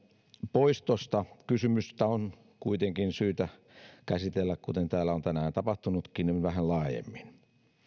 poistosta kysymystä on kuitenkin syytä käsitellä kuten täällä on tänään tapahtunutkin vähän laajemmin